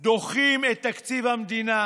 דוחים את תקציב המדינה,